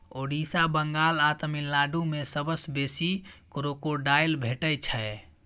ओड़िसा, बंगाल आ तमिलनाडु मे सबसँ बेसी क्रोकोडायल भेटै छै